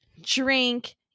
drink